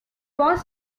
was